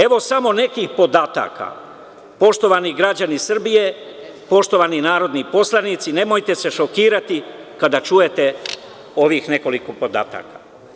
Evo, samo nekih podataka, poštovani građani Srbije, poštovani narodni poslanici, nemojte se šokirati kada čujete ovih nekoliko podataka.